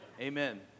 amen